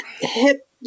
hip